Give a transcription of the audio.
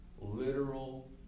Literal